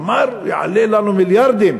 אמר: יעלה מיליארדים,